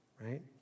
right